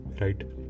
right